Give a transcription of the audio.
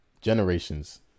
Generations